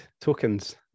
tokens